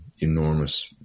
enormous